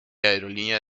aerolínea